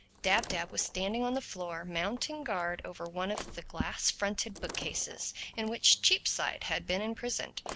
dab-dab was standing on the floor mounting guard over one of the glass-fronted book-cases in which cheapside had been imprisoned.